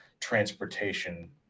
transportation